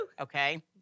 Okay